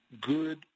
good